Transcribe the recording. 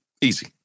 Easy